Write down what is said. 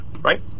right